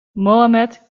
mohammed